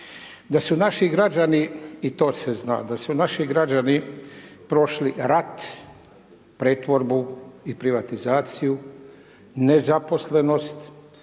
da su naši građani i to se zna, da su naši građani prošli rat, pretvorbu i privatizaciju, nezaposlenost,